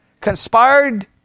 Conspired